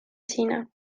xina